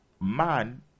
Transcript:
man